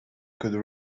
could